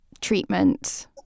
treatment